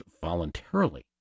voluntarily